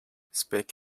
speak